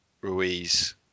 Ruiz